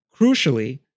Crucially